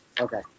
Okay